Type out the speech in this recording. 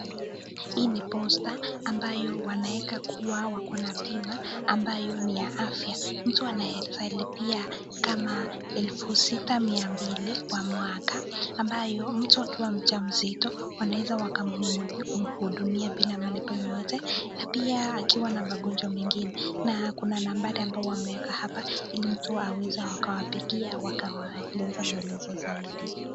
Hii ni posta ambayo wanaweka kuwa wako na bima ambayo ni ya afya. Mtu anaweza lipia kama elfu sita mia mbili kwa mwaka ambayo mtu akiwa mjamzito wanaweza kumhudumia bila malipo yoyote na pia akiwa na magonjwa mengine na kuna nambari ambayo wameweka hapa ili mtu aweze akawapigia akaelezea maelezo zaidi.